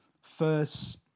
first